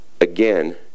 again